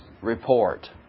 report